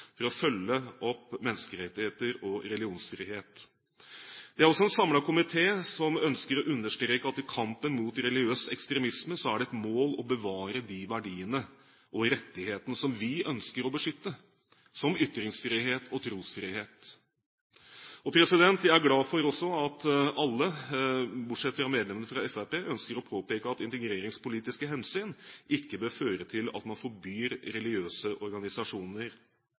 for å følge opp menneskerettigheter og religionsfrihet. Det er også en samlet komité som ønsker å understreke at i kampen mot religiøs ekstremisme er det et mål å bevare de verdiene og rettighetene som vi ønsker å beskytte, som ytringsfrihet og trosfrihet. Jeg er også glad for at alle, bortsett fra medlemmene fra Fremskrittspartiet, ønsker å påpeke at integreringspolitiske hensyn ikke bør føre til at man forbyr religiøse organisasjoner.